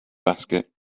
basket